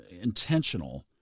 intentional